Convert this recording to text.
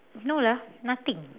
no lah nothing